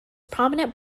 prominent